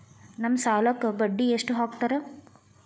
ನಮ್ ಸಾಲಕ್ ಬಡ್ಡಿ ಎಷ್ಟು ಹಾಕ್ತಾರ?